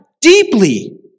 deeply